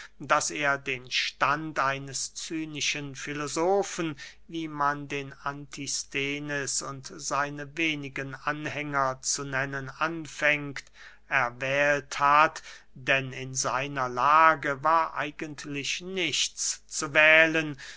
daß er den stand eines cynischen filosofen wie man den antisthenes und seine wenigen anhänger zu nennen anfängt erwählt hat denn in seiner lage war eigentlich nichts zu wählen